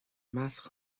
measc